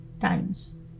times